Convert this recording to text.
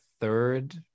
third